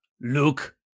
Luke